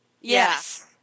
yes